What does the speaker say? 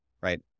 right